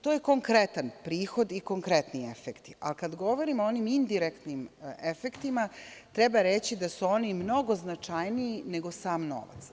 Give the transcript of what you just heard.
To je konkretan prihod i konkretni efekti, a kada govorimo o onim indirektnim efektima, treba reći da su oni mnogo značajniji nego sam novac.